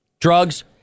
Drugs